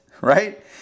right